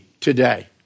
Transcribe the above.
today